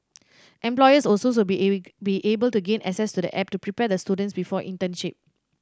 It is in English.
employers be be able to gain access to the app to prepare the students before internship